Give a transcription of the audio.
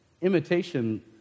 imitation